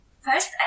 First